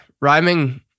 Rhyming